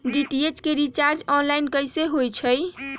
DTH के recharge online कैसे होईछई?